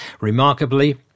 Remarkably